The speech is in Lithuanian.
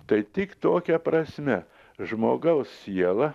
tai tik tokia prasme žmogaus siela